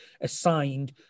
assigned